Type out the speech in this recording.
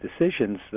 decisions